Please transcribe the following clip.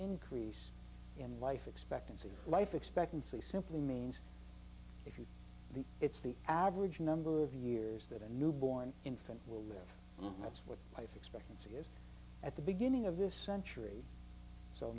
increase in life expectancy life expectancy simply means the it's the average number of years that a newborn infant will live on that's what life expectancy is at the beginning of this century so